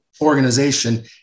organization